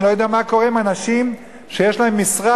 אני לא יודע מה קורה עם אנשים שיש להם משרד